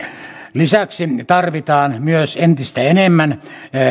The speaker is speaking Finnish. lisäksi tarvitaan myös entistä enemmän